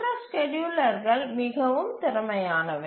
மற்ற ஸ்கேட்யூலர்கள் மிகவும் திறமையானவை